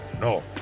no